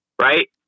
Right